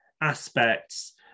aspects